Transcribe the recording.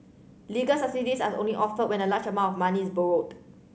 legal subsidies are only offered when a large amount of money is borrowed